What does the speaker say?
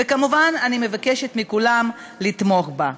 וכמובן, אני מבקשת מכולם לתמוך בה.